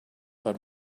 but